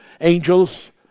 angels